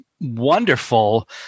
wonderful